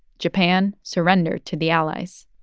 japan surrendered to the allies.